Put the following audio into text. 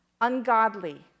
ungodly